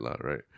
right